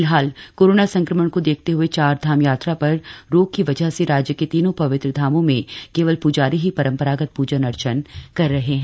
फिलहाल कोरोना संक्रमण को देखते हुए चार धाम यात्रा पर रोक की बजह से राज्य के तीनों पवित्र धामों में केवल पुजारी ही परम्परागत पूजन अर्चन कर रहे है